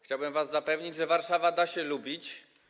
Chciałbym was zapewnić, że Warszawa da się lubić.